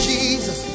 Jesus